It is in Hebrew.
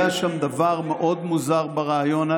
היה שם דבר מאוד מוזר בריאיון,